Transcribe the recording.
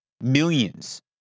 millions